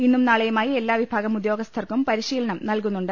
ഇന്നും നാളെയുമായി എല്ലാ വിഭാഗം ഉദ്യോഗസ്ഥർക്കും പരിശീലനം നൽകുന്നുണ്ട്